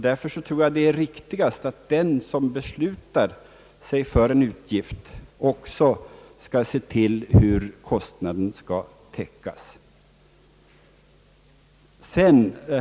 Därför tror jag det är riktigast att den som beslutar sig för en utgift också skall se till hur kostnaden skall täckas.